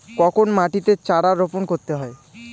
কখন মাটিতে চারা রোপণ করতে হয়?